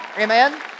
Amen